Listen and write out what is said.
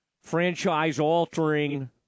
franchise-altering